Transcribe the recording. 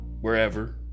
wherever